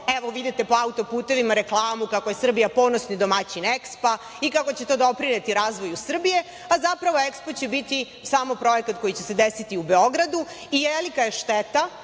Evo, vidite po auto-putevima reklamu kako je Srbija ponosni domaćin EKSPO-a i kako će to doprineti razvoju Srbije, a zapravo EKSPO će biti samo projekat koji će se desiti u Beogradu i velika je šteta